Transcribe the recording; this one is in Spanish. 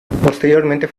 posteriormente